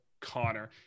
Connor